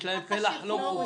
יש להם פלח לא מבוטל.